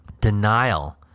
Denial